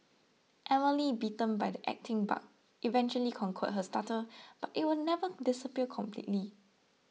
Emily bitten by the acting bug eventually conquered her stutter but it will never disappear completely